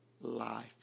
life